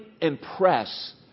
impress